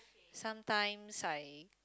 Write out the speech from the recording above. sometimes I